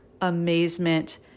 amazement